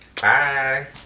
Bye